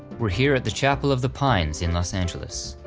we're here at the chapel of the pines in los angeles.